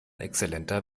exzellenter